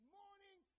morning